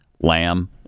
lamb